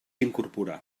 incorporar